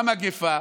באה מגפה,